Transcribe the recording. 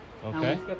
Okay